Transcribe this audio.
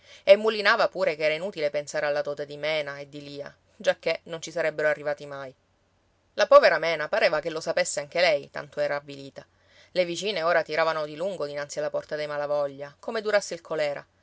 e mulinava pure che era inutile pensare alla dote di mena e di lia giacché non ci sarebbero arrivati mai la povera mena pareva che lo sapesse anche lei tanto era avvilita le vicine ora tiravano di lungo dinanzi alla porta dei malavoglia come durasse il colèra